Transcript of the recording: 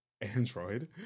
Android